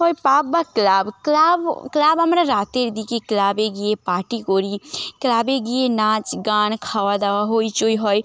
ওই পাব বা club club club আমরা রাতের দিকে ক্লাবে গিয়ে পার্টি করি ক্লাবে গিয়ে নাচ গান খাওয়া দাওয়া হইচই হয়